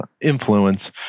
influence